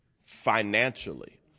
financially